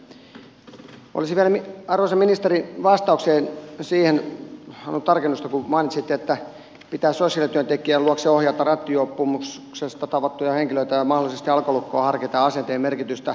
olisin vielä arvoisa ministeri vastaukseen halunnut tarkennusta siihen kun mainitsitte että pitää sosiaalityöntekijän luokse ohjata rattijuopumuksesta tavattuja henkilöitä ja mahdollisesti harkita alkolukkoa ja asenteen merkitystä